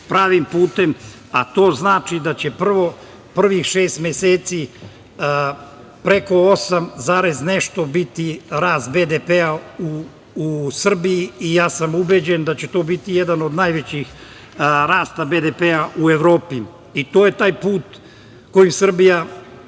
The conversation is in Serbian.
pravim putem, a to znači da će prvih šest meseci preko osam zarez nešto biti rast BDP u Srbiji i ja sam ubeđen da će to biti jedan od najvećih rasta BDP u Evropi. To je taj put kojim Srbija